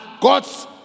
God's